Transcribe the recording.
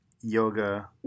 yoga